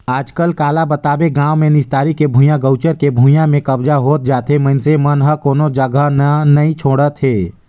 आजकल काला बताबे गाँव मे निस्तारी के भुइयां, गउचर के भुइयां में कब्जा होत जाथे मइनसे मन ह कोनो जघा न नइ छोड़त हे